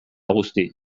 guzti